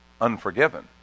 unforgiven